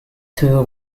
tour